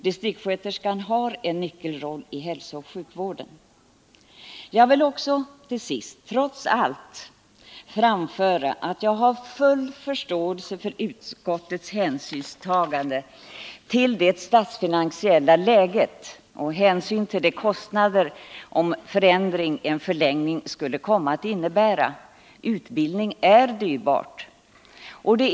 Distriktssköterskan har en nyckelroll i hälsooch sjukvården. Jag vill till sist säga att jag trots allt har full förståelse för utskottets hänsynstagande till det statsfinansiella läget när man talar om de kostnader som en förlängning av utbildningen skulle komma att innebära. Utbildning är dyrbar.